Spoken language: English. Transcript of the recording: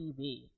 TV